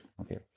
Okay